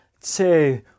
two